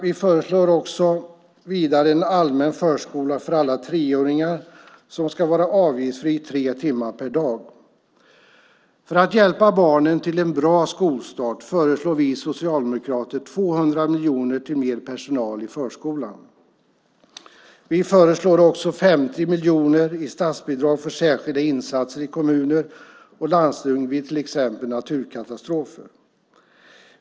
Vi föreslår en allmän förskola för alla treåringar. Den ska vara avgiftsfri tre timmar per dag. För att hjälpa barnen till en bra skolstart föreslår vi socialdemokrater 200 miljoner till mer personal i förskolan. Vi föreslår också 50 miljoner i statsbidrag för särskilda insatser i kommuner och landsting vid till exempel naturkatastrofer.